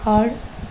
ঘৰ